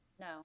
No